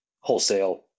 wholesale